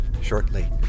shortly